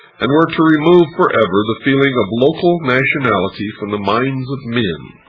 and were to remove forever the feeling of local nationality from the minds of men.